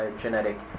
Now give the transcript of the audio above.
genetic